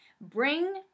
bring